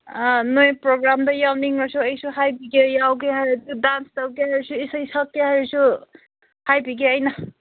ꯑꯥ ꯅꯣꯏ ꯄ꯭ꯔꯣꯒ꯭ꯔꯥꯝꯗ ꯌꯥꯎꯅꯤꯡꯉꯁꯨ ꯑꯩꯁꯨ ꯍꯥꯏꯕꯤꯒꯦ ꯌꯥꯎꯒꯦ ꯍꯥꯏꯔꯗꯤ ꯗꯥꯟꯁ ꯇꯧꯒꯦ ꯍꯥꯏꯔꯁꯨ ꯏꯁꯩ ꯁꯛꯀꯦ ꯍꯥꯏꯔꯁꯨ ꯍꯥꯏꯕꯤꯒꯦ ꯑꯩꯅ